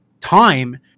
time